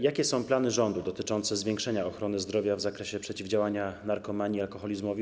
Jakie są plany rządu dotyczące zwiększenia ochrony zdrowia w zakresie przeciwdziałania narkomanii i alkoholizmowi?